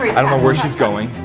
i don't know where she's going.